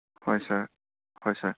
হয় ছাৰ হয় ছাৰ